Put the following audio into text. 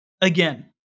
again